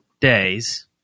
days